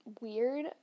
weird